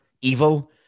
evil